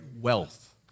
wealth